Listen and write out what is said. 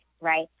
right